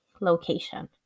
location